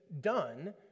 done